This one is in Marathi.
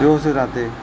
व्यवस्थित राहते